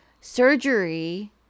Surgery